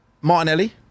Martinelli